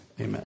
Amen